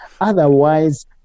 Otherwise